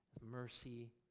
mercy